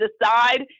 decide